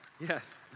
yes